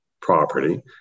property